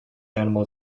animal